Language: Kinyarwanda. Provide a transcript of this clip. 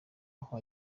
aho